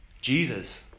Jesus